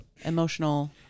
emotional